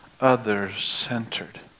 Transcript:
other-centered